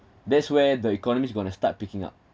that's where the economy's going to start picking up